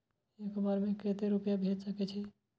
एक बार में केते रूपया भेज सके छी?